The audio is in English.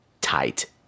Tight